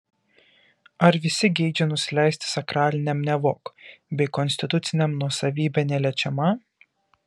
ar visi geidžia nusileisti sakraliniam nevok bei konstituciniam nuosavybė neliečiama